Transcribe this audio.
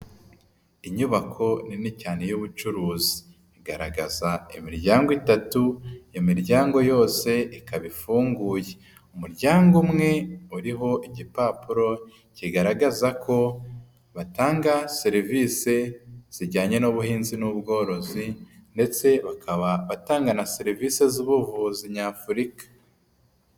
Inyubako nini cyane y'ubucuruzi igaragaza imiryango itatu, imiryango yose ikaba ifunguye, umuryango umwe uriho igipapuro kigaragaza ko batanga serivise zijyanye n'ubuhinzi n'ubworozi ndetse bakaba batanga na serivisi z'ubuvuzi nyafurika.